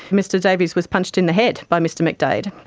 mr davies was punched in the head by mr mcdaid,